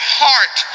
heart